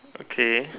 okay